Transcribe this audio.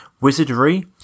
Wizardry